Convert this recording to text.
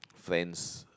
friend's